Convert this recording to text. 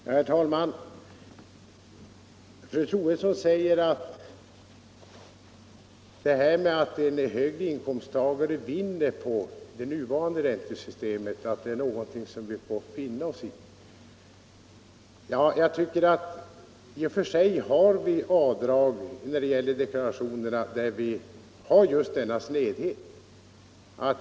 Herr talman! Fru Troedsson säger att detta att en hög inkomsttagare vinner på det nuvarande räntesystemet är någonting som vi får finna oss i. I och för sig har vi avdragsregler när det gäller deklarationerna som medför just denna snedhet.